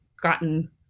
gotten